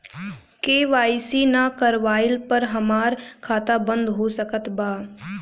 KYC ना करवाइला पर हमार खाता बंद हो सकत बा का?